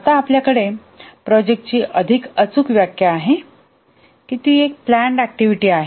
आता आपल्याकडे प्रोजेक्टची अधिक अचूक व्याख्या आहे की ती नियोजित ऍक्टिव्हिटी आहे